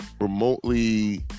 remotely